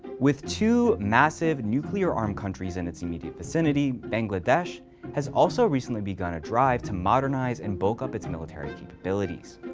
with two massive, nuclear-armed countries in its immediate vicinity, bangladesh has also recently begun a drive to modernize and bulk-up its military capabilities.